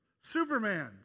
Superman